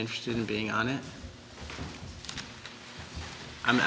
interested in being on it i'm